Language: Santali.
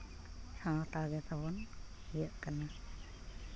ᱥᱟᱶᱛᱟ ᱜᱮᱛᱟ ᱵᱚᱱ ᱤᱭᱟᱹᱜ ᱠᱟᱱᱟ